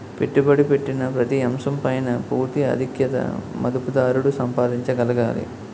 పెట్టుబడి పెట్టిన ప్రతి అంశం పైన పూర్తి ఆధిక్యత మదుపుదారుడు సంపాదించగలగాలి